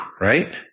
Right